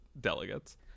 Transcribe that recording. delegates